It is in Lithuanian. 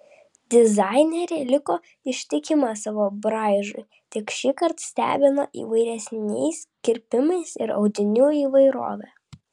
dizainerė liko ištikima savo braižui tik šįkart stebino įvairesniais kirpimais ir audinių įvairove